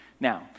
Now